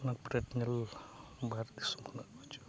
ᱚᱱᱟ ᱯᱨᱮᱰ ᱧᱮᱞ ᱵᱟᱦᱨᱮ ᱫᱤᱥᱚᱢ ᱠᱷᱚᱱᱟᱜ ᱠᱚ ᱦᱤᱡᱩᱜᱼᱟ